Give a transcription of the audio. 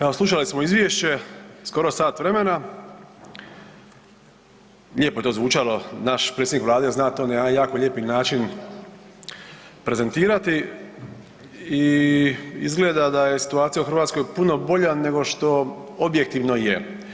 Evo slušali smo izvješće skoro sat vremena, lijepo je to zvučalo naš predsjednik Vlade znat to na jedan jako lijepi način prezentirati i izgleda da je situacija u Hrvatskoj puno bolja nego što objektivno je.